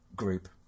group